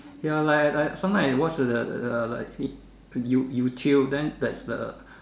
ya like like sometime I watch the the the the like you~ you~ YouTube then there's the